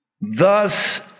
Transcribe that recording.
Thus